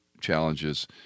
challenges